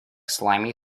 slimy